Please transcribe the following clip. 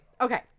okay